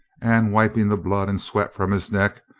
and wiping the blood and sweat from his neck,